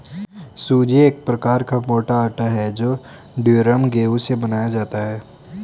सूजी एक प्रकार का मोटा आटा है जो ड्यूरम गेहूं से बनाया जाता है